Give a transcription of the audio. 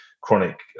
chronic